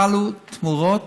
חלו תמורות,